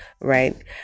right